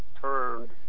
turned